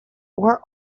were